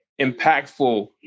impactful